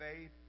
faith